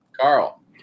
Carl